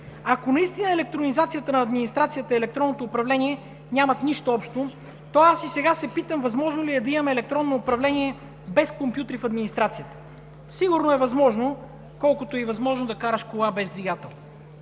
Ако наистина електронизацията на администрацията и електронното управление нямат нищо общо, то аз и сега се питам: възможно ли е да имаме електронно управление без компютри в администрацията? Сигурно е възможно, колкото е възможно да караш кола без двигател.